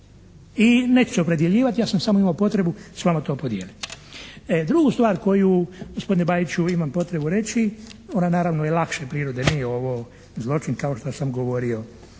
I neću se opredjeljivati, ja sam samo imao potrebu s vama to podijeliti. Drugu stvar koju gospodine Bajiću imam potrebu reći, ona naravno je lakše prirode, nije ovo zločin kao što sam govorio.